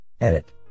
Edit